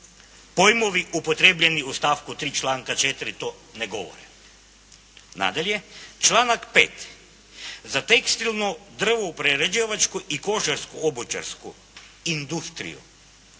Pojmovi upotrebljeni u stavku 3. članka 4. to ne govore. Nadalje, članak 5. za tekstilnu drvo prerađivačku i kožarsko-obućarsku industriju.